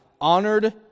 honored